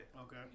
Okay